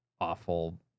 awful